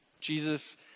Jesus